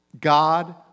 God